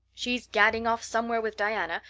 she's gadding off somewhere with diana,